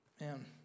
man